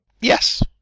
Yes